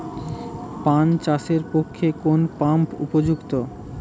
পান চাষের পক্ষে কোন পাম্প উপযুক্ত?